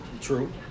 True